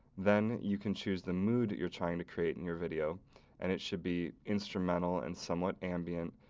then, you can choose the mood you're trying to create in your video and it should be instrumental and somewhat ambient,